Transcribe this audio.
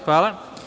Hvala.